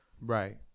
right